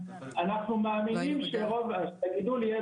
אנחנו מאמינו שרוב הגידול יהיה